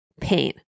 pain